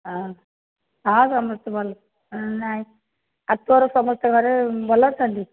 ହଁ ଆଉ ସମସ୍ତେ ଭଲ ନାହିଁ ଆଉ ତୋର ସମସ୍ତେ ଘରେ ଭଲ ଅଛନ୍ତି